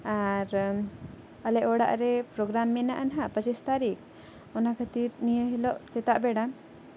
ᱟᱨ ᱟᱞᱮ ᱚᱲᱟᱜ ᱨᱮ ᱯᱨᱳᱜᱨᱟᱢ ᱢᱮᱱᱟᱜᱼᱟ ᱱᱟᱜ ᱯᱚᱸᱪᱤᱥ ᱛᱟᱹᱨᱤᱠᱷ ᱚᱱᱟ ᱠᱷᱟᱹᱛᱤᱨ ᱱᱤᱭᱟᱹ ᱦᱤᱞᱳᱜ ᱥᱮᱛᱟᱜ ᱵᱮᱲᱟ